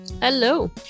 Hello